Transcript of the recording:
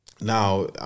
Now